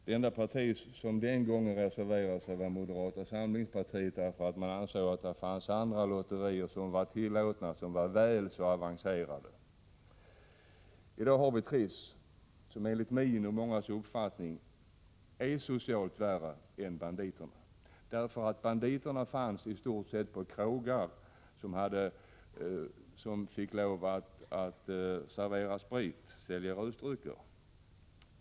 Det enda parti som den gången reserverade sig var moderata samlingspartiet, som ansåg att det fanns andra lotterier som var väl så avancerade, och de är fortfarande tillåtna. I dag har vi Trisslotteriet, som enligt min och många andras uppfattning är socialt sett värre än de enarmade banditerna. De fanns i stort sett på krogar som fick sälja rusdrycker.